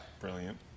Brilliant